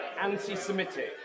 anti-semitic